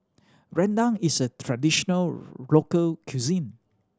rendang is a traditional local cuisine